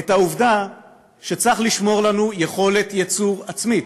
את העובדה שצריך לשמור לנו יכולת ייצור עצמית,